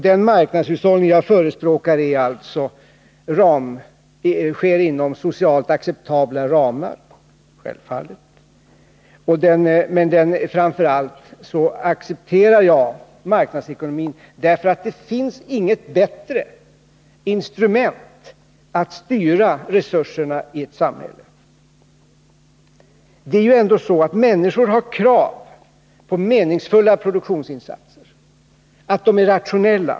Den marknadshushållning jag förespråkar sker alltså inom socialt acceptabla ramar — självfallet — men framför allt accepterar jag marknadsekonomin därför att det inte finns något bättre instrument för att styra resurserna i ett samhälle. Det är ju ändå så att människor har krav på meningsfulla produktionsinsatser och på att de är rationella.